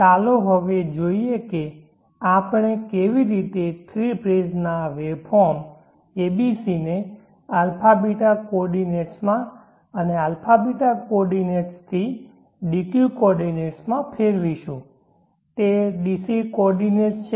ચાલો હવે જોઈએ કે આપણે કેવી રીતે થ્રી ફેઝ ના વેવફોર્મ abc ને α β કોઓર્ડિનેટ્સમાં અને α β કોઓર્ડિનેટ્સ થી d q કોઓર્ડિનેટ્સમાં ફેરવીશું તે DC કોઓર્ડિનેટ્સ છે